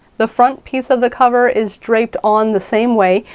the front piece of the cover is draped on the same way,